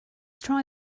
try